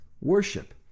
worship